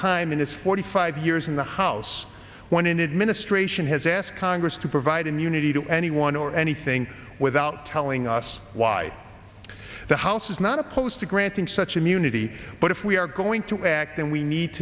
time in his forty five years in the house one in administration has asked congress to provide immunity to anyone or anything without telling us why the house is not opposed to granting such immunity but if we are going to act then we need